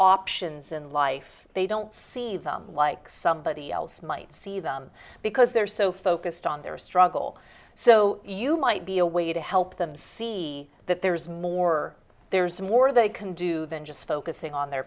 options in life they don't see them like somebody else might see them because they're so focused on their struggle so you might be a way to help them see that there's more there's more they can do than just focusing on their